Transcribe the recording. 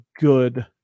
good